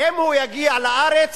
אם הוא יגיע לארץ,